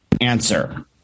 Answer